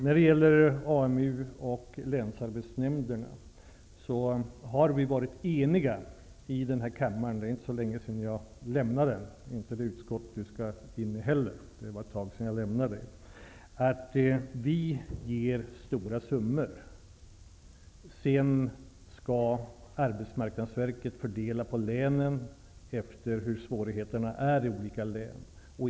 Vi har i denna kammare faktiskt varit överens när det gäller AMU och länsarbetsnämnderna om att vi skall ge stora summor. Arbetsmarknadsverket skall sedan fördela pengarna till länen i förhållande till hur stora svårigheterna är i olika län.